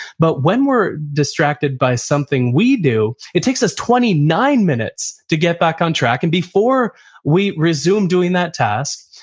but when we're distracted by something we do, it takes us twenty nine minutes to get back on track and before we resume doing that task,